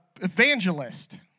evangelist